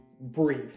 brief